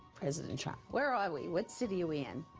president trump. where are we? what city are we in?